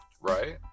Right